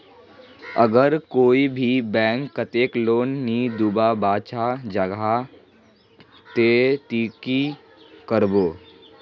अगर कोई भी बैंक कतेक लोन नी दूध बा चाँ जाहा ते ती की करबो?